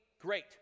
great